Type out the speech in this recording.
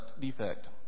defect